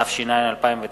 התש”ע 2009,